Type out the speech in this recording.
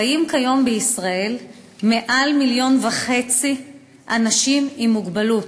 חיים כיום בישראל מעל 1.5 מיליון אנשים עם מוגבלות,